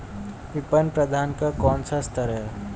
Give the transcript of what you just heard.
विपणन प्रबंधन का कौन सा स्तर है?